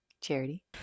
Charity